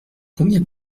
combien